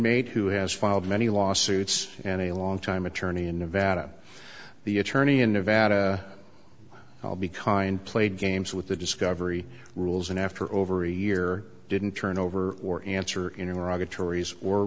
inmate who has filed many lawsuits and a long time attorney in nevada the attorney in nevada i'll be kind played games with the discovery rules and after over a year didn't turn over or a